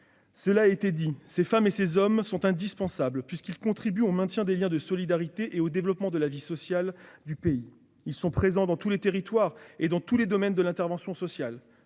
Cela a été dit, ces femmes et ces hommes sont indispensables, parce qu'ils contribuent au maintien des liens de solidarité et au développement de la vie sociale du pays. Ils sont présents dans tous les territoires et dans tous les domaines de l'intervention sociale